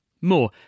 More